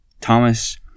Thomas